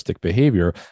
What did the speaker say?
behavior